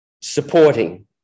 supporting